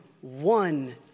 one